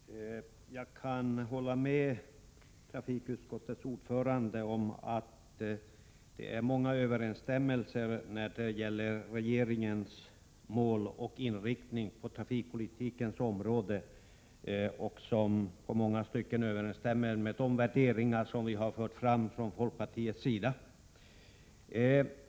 Fru talman! Jag kan hålla med trafikutskottets ordförande om att det finns många överensstämmelser mellan regeringens mål och inriktning på trafikpolitikens område och de värderingar som vi för fram från folkpartiets sida.